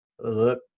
Look